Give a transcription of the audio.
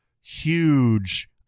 huge